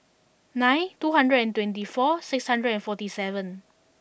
nine two hundred and twenty four six hundred and forty seven